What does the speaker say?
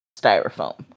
styrofoam